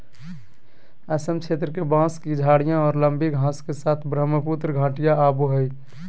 असम क्षेत्र के, बांस की झाडियाँ और लंबी घास के साथ ब्रहमपुत्र घाटियाँ आवो हइ